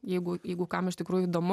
jeigu jeigu kam iš tikrųjų įdomu